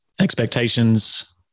expectations